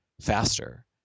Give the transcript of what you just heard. faster